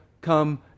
come